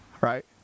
Right